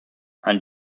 and